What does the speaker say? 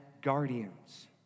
guardians